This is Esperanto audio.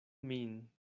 min